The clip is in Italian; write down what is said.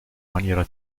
maniera